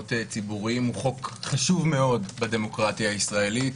למקומות ציבוריים הוא חוק חשוב מאוד בדמוקרטיה הישראלית,